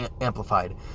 amplified